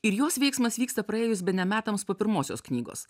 ir jos veiksmas vyksta praėjus bene metams po pirmosios knygos